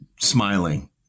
smiling